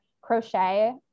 crochet